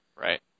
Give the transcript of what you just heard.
Right